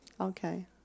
Okay